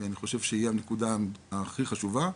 ואני חושב שזו הנקודה הכי חשובה,